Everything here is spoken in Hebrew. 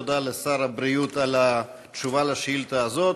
תודה לשר הבריאות על התשובה על השאילתה הזאת.